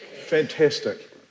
Fantastic